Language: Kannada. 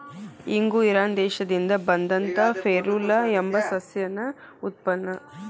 ಇಂಗು ಇರಾನ್ ದೇಶದಿಂದ ಬಂದಂತಾ ಫೆರುಲಾ ಎಂಬ ಸಸ್ಯದ ಉತ್ಪನ್ನ